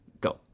Go